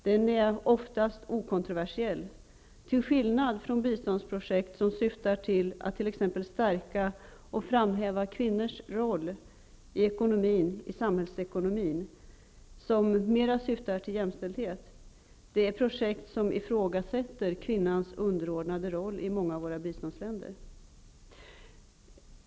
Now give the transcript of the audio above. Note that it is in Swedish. Den strategin är oftast okontroversiell, till skillnad från biståndsprojekt som syftar till att exempelvis stärka och framhäva kvinnors roll i samhällsekonomin, projekt som mer syftar till jämställdhet, som ifrågasätter kvinnans underordnade roll i många av våra biståndsländer.